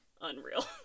unreal